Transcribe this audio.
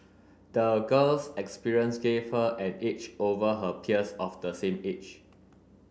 the girl's experience gave her an edge over her peers of the same age